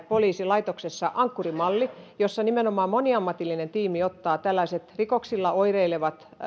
poliisilaitoksessa ankkuri malli jossa nimenomaan moniammatillinen tiimi ottaa tällaiset rikoksilla oireilevat